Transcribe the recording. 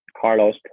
carlos